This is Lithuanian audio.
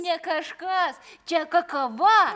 ne kažkas čia kakava